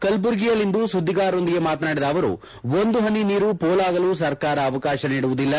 ಕಲಬುರಗಿಯಲ್ಲಿಂದು ಸುದ್ದಿಗಾರರೊಂದಿಗೆ ಮಾತನಾಡಿದ ಅವರು ಒಂದು ಹನಿ ನೀರು ಪೋಲಾಗಲೂ ಸರ್ಕಾರ ಅವಕಾಶ ಕೊಡುವುದಿಲ್ಲ